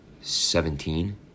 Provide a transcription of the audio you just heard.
Seventeen